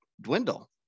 dwindle